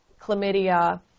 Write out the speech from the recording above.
Chlamydia